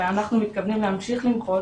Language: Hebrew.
ואנחנו מתכוונים להמשיך למחות,